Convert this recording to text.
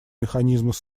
механизмов